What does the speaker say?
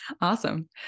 Awesome